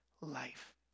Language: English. life